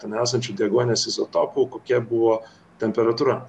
ten esančių deguonies izotopų kokia buvo temperatūra